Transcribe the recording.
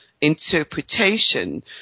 interpretation